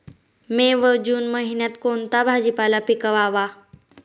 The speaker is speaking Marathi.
मे व जून महिन्यात कोणता भाजीपाला पिकवावा?